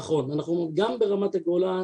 נכון, גם ברמת הגולן.